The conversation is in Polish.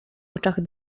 oczach